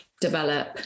develop